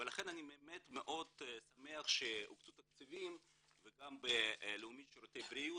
לכן אני באמת מאוד שמח שהוקצו תקציבים וגם בלאומית שירותי בריאות